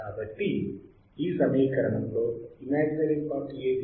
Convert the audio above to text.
కాబట్టి ఈ సమీకరణంలో ఇమాజినరీ పార్ట్ ఏది